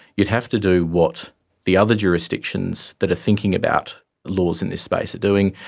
you'd have to do what the other jurisdictions that are thinking about laws in this space are doing,